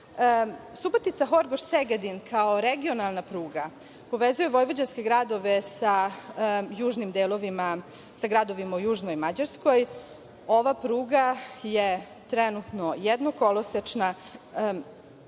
Subotica-Horgoš-Segedin kao regionalna pruga povezuje vojvođanske gradove sa južnim delovima, sa gradovima u južnoj Mađarskoj. Ova pruga je trenutno jednokolosečna